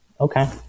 Okay